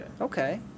Okay